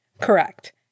Correct